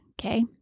Okay